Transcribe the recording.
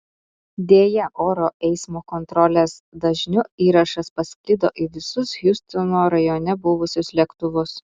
deja oro eismo kontrolės dažniu įrašas pasklido į visus hjustono rajone buvusius lėktuvus